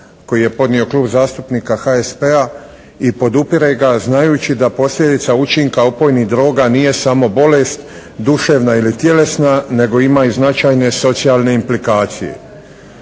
koji je podnio Klub zastupnika HSP-a i podupire ga znajući da posljedica učinka opojnih droga nije samo bolest duševna ili tjelesna nego ima i značajne socijalne implikacije.